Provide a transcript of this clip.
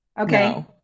Okay